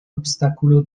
obstáculo